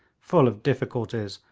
full of difficulties,